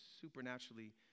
supernaturally